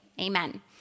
Amen